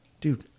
Dude